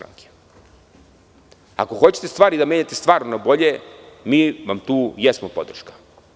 Ako hoćete da menjate stvari na bolje, mi vam tu jesmo podrška.